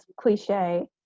cliche